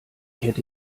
hätte